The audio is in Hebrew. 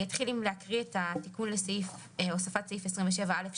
אתחיל בהקראת הסעיף שעניינו הוספת סעיף 27א,